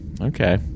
Okay